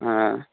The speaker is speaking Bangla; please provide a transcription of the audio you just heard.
হ্যাঁ